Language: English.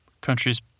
countries